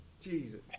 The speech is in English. Jesus